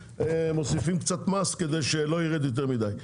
מוסיפים קצת מס כדי שלא יירד יותר מדי.